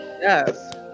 Yes